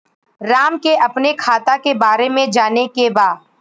राम के अपने खाता के बारे मे जाने के बा?